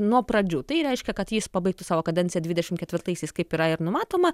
nuo pradžių tai reiškia kad jis pabaigtų savo kadenciją dvidešimt ketvirtaisiais kaip yra ir numatoma